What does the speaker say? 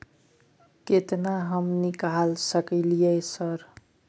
केतना हम निकाल सकलियै सर?